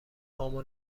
پامو